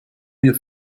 wir